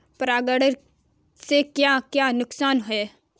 परागण से क्या क्या नुकसान हैं?